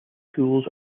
schools